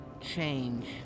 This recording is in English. change